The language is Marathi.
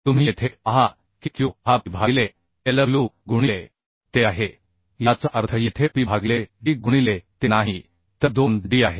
तुम्ही येथे पहा की Q हा P भागिले LW गुणिले TE आहे याचा अर्थ येथे P भागिले D गुणिले TE नाही तर 2D आहे